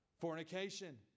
fornication